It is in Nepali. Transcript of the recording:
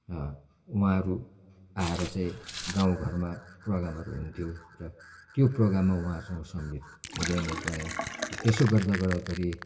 उहाँहरू आएर चाहिँ गाउँघरमा प्रोग्रामहरू हुन्थ्यो र त्यो प्रोग्राममा उहाँहरूसँग सम्मेलित हुँदै म गएँ र त्यसो गर्दा गर्दाखेरि